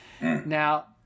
Now